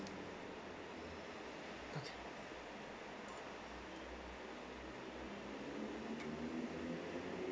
okay